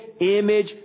image